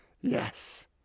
yes